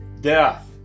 death